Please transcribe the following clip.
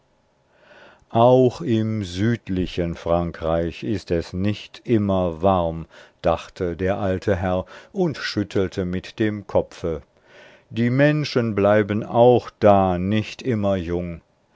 auch im südlichen frankreich ist es nicht immer warm dachte der alte herr und schüttelte mit dem kopfe die menschen bleiben auch da nicht immer jung